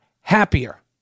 happier